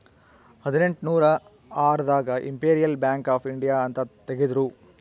ಹದಿನೆಂಟನೂರ ಆರ್ ದಾಗ ಇಂಪೆರಿಯಲ್ ಬ್ಯಾಂಕ್ ಆಫ್ ಇಂಡಿಯಾ ಅಂತ ತೇಗದ್ರೂ